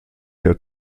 der